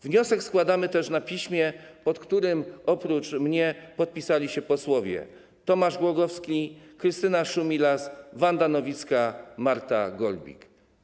Wniosek składamy też na piśmie, pod którym oprócz mnie podpisali się posłowie: Tomasz Głogowski, Krystyna Szumilas, Wanda Nowicka i Marta Golbik.